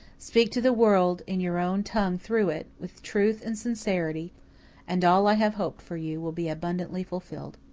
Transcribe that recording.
speak to the world in your own tongue through it, with truth and sincerity and all i have hoped for you will be abundantly fulfilled.